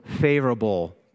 favorable